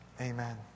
Amen